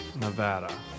Nevada